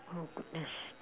oh goodness